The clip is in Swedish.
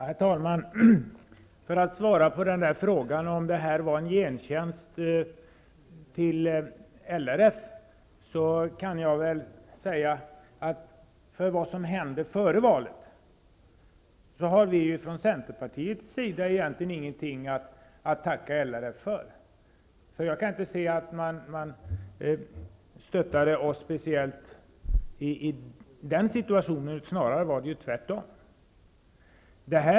Herr talman! För att svara på frågan om det här var en gentjänst till LRF kan jag väl säga att beträffande vad som hände före valet har vi från centerpartiets sida egentligen ingenting att tacka LRF för. Jag kan inte se att man stöttade oss speciellt i den situationen -- snarare var det ju tvärtom.